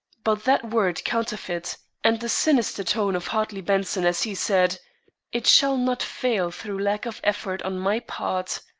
but that word counterfeit, and the sinister tone of hartley benson as he said it shall not fail through lack of effort on my part!